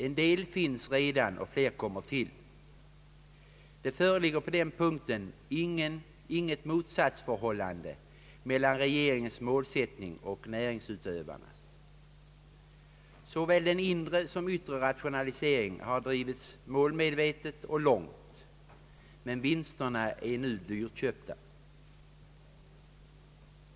En del finns redan och fler kommer till. Det föreligger på den punkten inget motsatsförhållande mellan regeringens målsättning och näringsutövarnas. Såväl den inre som den yttre rationaliseringen har drivits målmedvetet och långt, men vinsterna är nu dyrköpta.